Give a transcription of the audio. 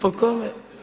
Po kome?